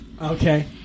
Okay